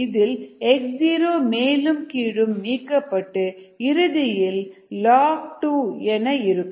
இதில் x0 மேலும் கீழும் நீக்கப்பட்டு இறுதியில் ln 2 என இருக்கும்